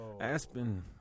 Aspen